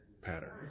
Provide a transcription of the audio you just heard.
pattern